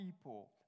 people